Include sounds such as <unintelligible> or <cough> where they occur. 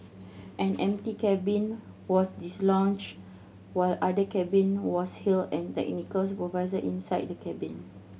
an empty cabin was dislodged while other cabin was halted an the <unintelligible> supervisor inside the cabin